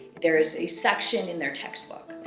there is a section in their textbook.